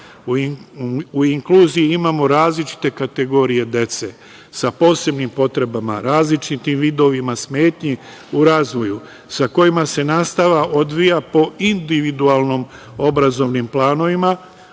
U inkluziji imamo različite kategorije dece sa posebnim potrebama, različitim vidovima smetnji u razvoju sa kojima se nastava odvija po individualnom obrazovnom planu.